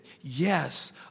yes